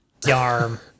yarm